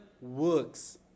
works